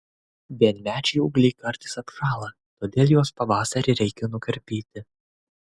vienmečiai ūgliai kartais apšąla todėl juos pavasarį reikia nukarpyti